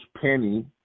Penny